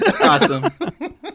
Awesome